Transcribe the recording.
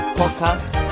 podcast